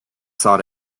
sought